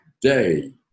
day